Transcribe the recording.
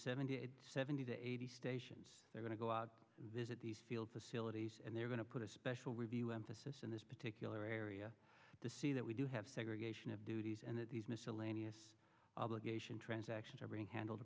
seventy seventy to eighty stations they're going to go out and visit these field facilities and they're going to put a special review emphasis in this particular area to see that we do have segregation of duties and that these miscellaneous obligation transactions are being handled